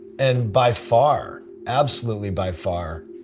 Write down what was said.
and by far, absolutely by far,